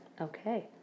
Okay